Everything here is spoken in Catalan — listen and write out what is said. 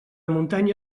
muntanya